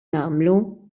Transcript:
nagħmlu